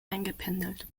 eingependelt